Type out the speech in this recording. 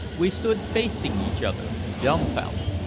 we stood facing each other dumbfounded.